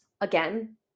again